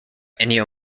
ennio